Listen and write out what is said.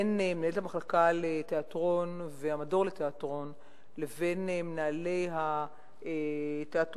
בין מנהלת המחלקה לתיאטרון והמדור לתיאטרון לבין מנהלי התיאטרון.